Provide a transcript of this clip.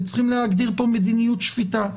וצריכים להגדיר פה מדיניות שפיטה.